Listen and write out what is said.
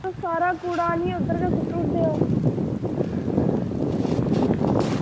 सारा कूड़ा आहनियै उद्धर गै सुट्टी ओड़दे